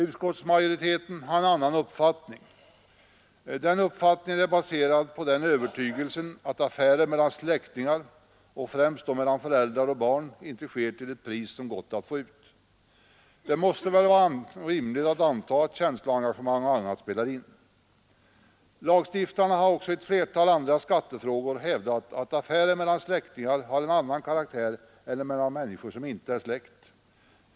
Utskottsmajoriteten har en annan uppfattning. Den uppfattningen är baserad på övertygelsen att affärer mellan släktingar — och främst då mellan föräldrar och barn — inte sker till det pris som gått att få ut. Det måste väl vara rimligt att anta att känsloengagemang och annat spelar in. Lagstiftarna har också i ett flertal andra skattefrågor hävdat att affärer mellan släktingar har en annan karaktär än affärer mellan människor som inte är släkt.